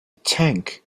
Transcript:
tank